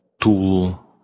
tool